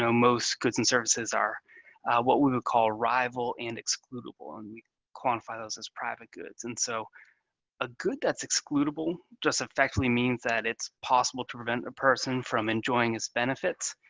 so most goods and services are what we would call rival and excludable, and we quantify those as private goods. and so a good that's excludable just effectively means that it's possible to prevent a person from enjoying its benefits,